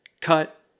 cut